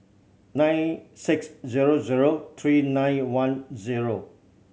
nine six zero zero three nine one zero